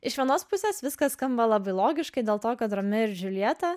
iš vienos pusės viskas skamba labai logiškai dėl to kad romeo ir džiuljeta